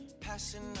passing